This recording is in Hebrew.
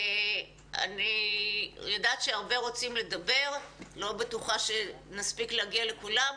אני יודעת שהרבה רוצים לדבר אבל אני לא בטוחה שנספיק להגיע לכולם.